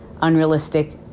unrealistic